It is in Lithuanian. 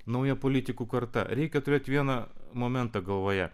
nauja politikų karta reikia turėt vieną momentą galvoje